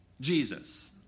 Jesus